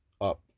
up